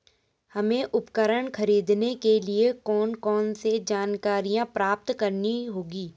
हमें उपकरण खरीदने के लिए कौन कौन सी जानकारियां प्राप्त करनी होगी?